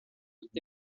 autres